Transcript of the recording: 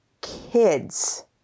kids